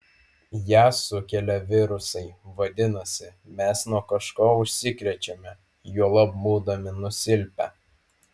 ją sukelia virusai vadinasi mes nuo kažko užsikrečiame juolab būdami nusilpę